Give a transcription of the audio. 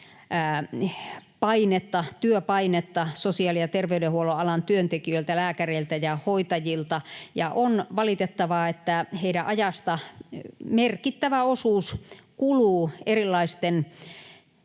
kirjaamistyöpainetta sosiaali- ja terveydenhuollon alan työntekijöiltä, lääkäreiltä ja hoitajilta. On valitettavaa, että heidän ajastaan merkittävä osuus kuluu erilaisten,